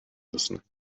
müssen